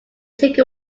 take